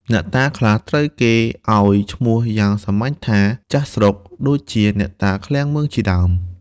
អ្នកតាខ្លះត្រូវគេឱ្យឈ្មោះយ៉ាងសាមញ្ញថា ចាស់ស្រុក ដូចជាអ្នកតាឃ្លាំងមឿង ជាដើម។